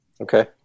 Okay